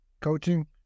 coaching